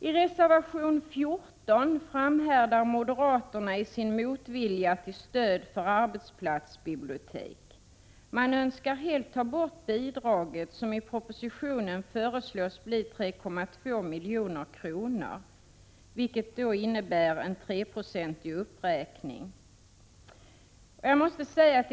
I reservation 14 framhärdar moderaterna i sin motvilja mot stöd för arbetsplatsbibliotek. Man önskar helt ta bort bidraget, som i propositionen föreslås bli 3,2 milj.kr., vilket innebär en treprocentig uppräkning.